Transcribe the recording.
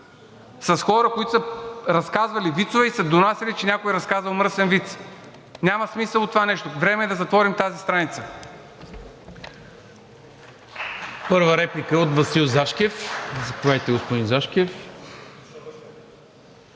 с хора, които са разказвали вицове и са донасяли, че някой разказал мръсен виц. Няма смисъл от това нещо. Време е да затворим тази страница.